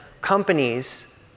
companies